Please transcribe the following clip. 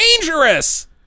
dangerous